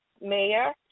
Mayor